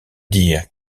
dire